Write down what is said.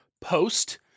post